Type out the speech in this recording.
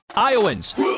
Iowans